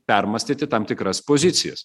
permąstyti tam tikras pozicijas